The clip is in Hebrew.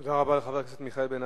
תודה רבה לחבר הכנסת מיכאל בן-ארי.